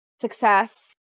success